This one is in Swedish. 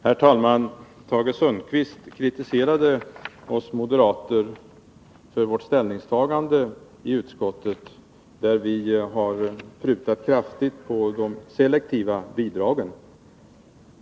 Herr talman! Vårt ställningstagande i utskottet kritiseras av Tage Sundkvist. Vi moderater har i utskottet prutat kraftigt på de selektiva bidragen.